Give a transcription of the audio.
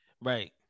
Right